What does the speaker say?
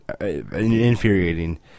infuriating